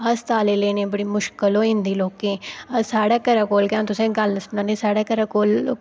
अस्पताल लेने गी बड़ी मुश्कल होई जंदी लोकें गी साढ़े घरै कोल गै अ'ऊं तुसेंगी गल्ल सनान्नीं साढ़े घरै कोल